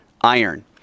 iron